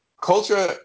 culture